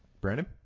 Brandon